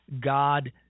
God